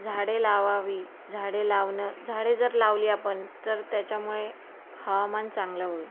झाडे लावावी झाडे लावणं झाडे जर लावली आपण तर त्याच्यामुळे हवामान चांगलं होईल